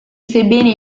sebbene